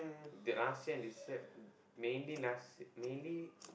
that last year and this year mainly last mainly